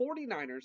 49ers